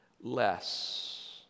less